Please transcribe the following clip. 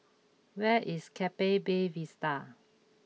where is Keppel Bay Vista